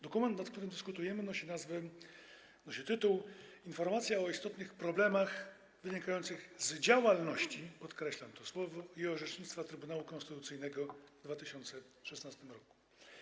Dokument, nad którym dyskutujemy, nosi tytuł: Informacja o istotnych problemach wynikających z działalności - podkreślam to słowo - i orzecznictwa Trybunału Konstytucyjnego w 2016 r.